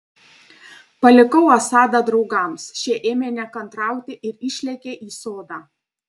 palikau asadą draugams šie ėmė nekantrauti ir išlėkė į sodą